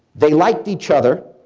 they liked each other,